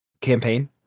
campaign